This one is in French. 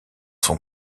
son